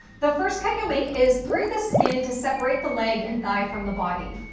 the first cut you'll make is through the skin to separate the leg and thigh from the body.